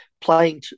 playing